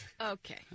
Okay